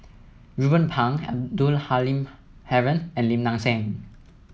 Ruben Pang Abdul Halim Haron and Lim Nang Seng